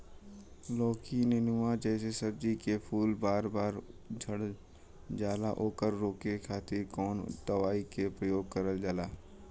लौकी नेनुआ जैसे सब्जी के फूल बार बार झड़जाला ओकरा रोके खातीर कवन दवाई के प्रयोग करल जा?